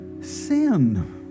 Sin